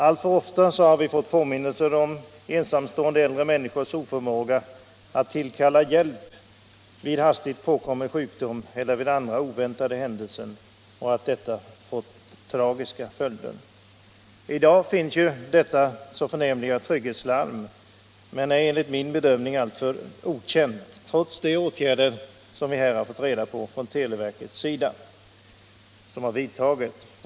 Alltför ofta har vi fått påminnelser om ensamstående, äldre människors oförmåga att tillkalla hjälp vid hastigt påkommen sjukdom eller vid andra oväntade händelser. Det har ibland fått tragiska följder. I dag finns det förnämliga trygghetslarmet, men det är enligt min bedömning alltför okänt, trots de åtgärder som televerket vidtagit och som vi här har fått redovisade.